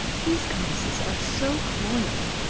these goddesses are so cloying.